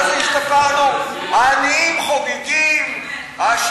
מה זה השתפרנו, העניים חוגגים, נו, באמת.